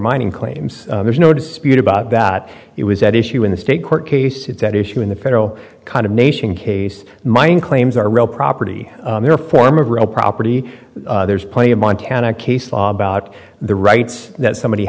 mining claims there's no dispute about that it was at issue in the state court case it's at issue in the federal condemnation case mine claims are real property their form of real property there's plenty of montana case about the rights that somebody